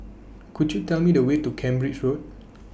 Could YOU Tell Me The Way to Cambridge Road